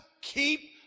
keep